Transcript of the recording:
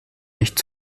nicht